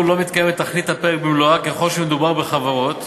אדוני היושב-ראש, חברי חברי הכנסת,